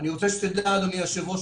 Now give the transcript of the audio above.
אני רוצה שתדע אדוני היו"ר,